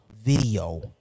Video